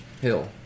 hill